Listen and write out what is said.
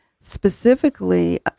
specifically